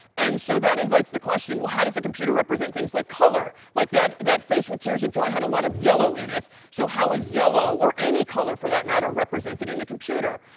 and so that invites the question, how does a computer represent things like color? like, that that face with tears of joy had a lot of yellow in it. so how is yellow or any color, for that matter, represented in a computer?